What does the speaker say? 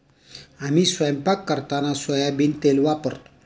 आम्ही स्वयंपाक करताना सोयाबीन तेल वापरतो